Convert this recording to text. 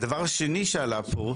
הדבר השני שעלה פה,